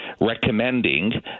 recommending